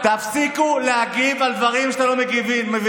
תפסיקו להגיב על דברים שאתם לא מבינים.